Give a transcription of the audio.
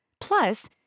plus